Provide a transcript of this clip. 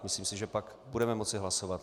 Myslím si, že pak budeme moci hlasovat.